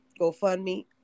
GoFundMe